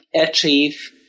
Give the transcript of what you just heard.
achieve